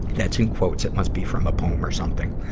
that's in quotes. it must be from a poem or something.